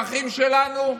"אחים שלנו"?